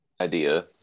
Idea